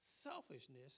selfishness